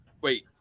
wait